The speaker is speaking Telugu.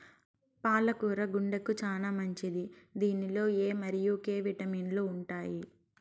పాల కూర గుండెకు చానా మంచిది దీనిలో ఎ మరియు కే విటమిన్లు ఉంటాయి